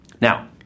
now